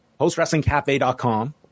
postwrestlingcafe.com